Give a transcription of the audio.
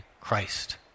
Christ